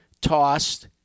tossed